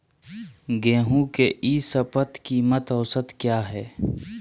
गेंहू के ई शपथ कीमत औसत क्या है?